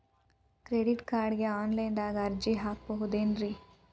Credit ಕಾರ್ಡ್ಗೆ online ದಾಗ ಅರ್ಜಿ ಹಾಕ್ಬಹುದೇನ್ರಿ?